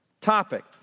topic